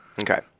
Okay